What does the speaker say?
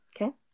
Okay